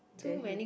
then he